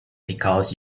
because